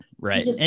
Right